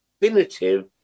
definitive